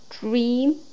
Dream